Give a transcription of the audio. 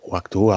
Waktu